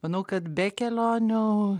manau kad be kelionių